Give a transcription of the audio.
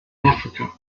africa